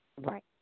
Right